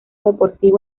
deportivo